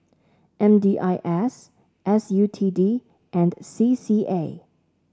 M D I S S U T D and C C A